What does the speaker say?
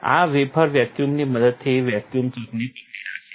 આ વેફર વેક્યૂમની મદદથી વેક્યૂમ ચકને પકડી રાખે છે